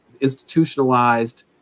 institutionalized